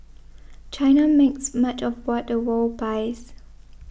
China makes much of what the world buys